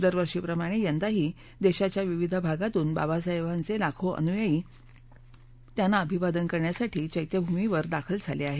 दरवर्षीप्रमाणे यंदाही देशाच्या विविध भागातून बाबासाहेबांचे लाखो अनुयायी त्यांना अभिवादन करण्यासाठी चैत्यभूमीवर दाखल झाले आहेत